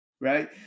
right